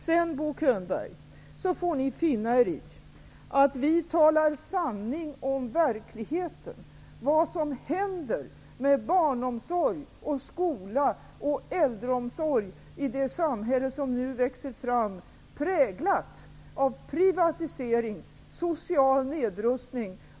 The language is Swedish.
Sedan, Bo Könberg, får ni finna er i att vi talar sanning om verkligheten. Vi talar om vad som händer med barnomsorg, skola och äldreomsorg i det samhälle som nu växer fram. Det samhället präglas av privatisering och social nedrustning.